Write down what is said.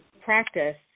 practice